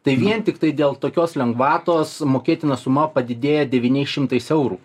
tai vien tiktai dėl tokios lengvatos mokėtina suma padidėja devyniais šimtais eurų